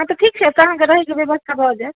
हँ तऽ ठीक छै एतऽ अहाँ रहैके व्यवस्था भऽ जायत